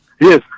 yes